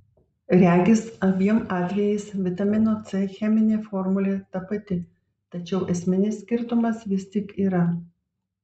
regis abiem atvejais vitamino c cheminė formulė ta pati tačiau esminis skirtumas vis tik yra